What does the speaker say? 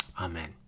Amen